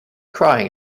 crying